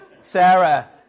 Sarah